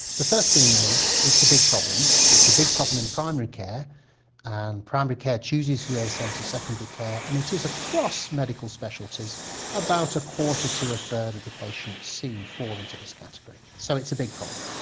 the first thing is it's a big problem, it's a big problem in primary care and primary care chooses who they send to secondary care and it is across medical specialities about a quarter to a third of the patients seen fall into this category, so it's a big problem.